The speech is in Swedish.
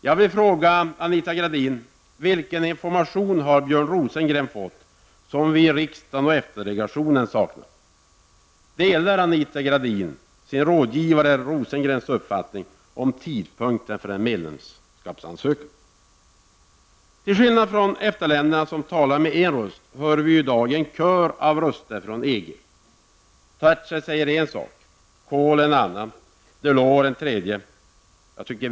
Jag vill fråga Anita Gradin: Vilken information har Björn Rosengren fått som vi i riksdagen och EFTA delegationen saknar? Delar Anita Gradin sin rådgivare Rosengrens uppfattning om tidpunkten för en medlemsskapsansökan? Till skillnad från EFTA-länderna, som talar med en röst, hörs i dag en kör av röster från EG. Thatcher säger en sak, Kohl en annan, Delors en tredje.